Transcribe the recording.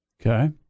Okay